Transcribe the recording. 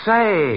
Say